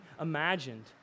imagined